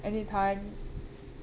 anytime